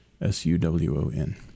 S-U-W-O-N